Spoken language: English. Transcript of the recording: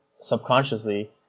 subconsciously